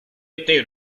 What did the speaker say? été